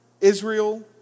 Israel